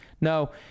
no